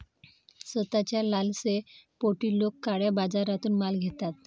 स्वस्ताच्या लालसेपोटी लोक काळ्या बाजारातून माल घेतात